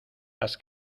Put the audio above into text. has